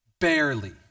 Barely